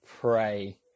pray